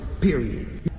period